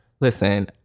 Listen